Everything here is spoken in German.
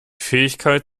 fähigkeit